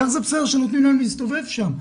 איך זה בסדר שנותנים להם להסתובב שם?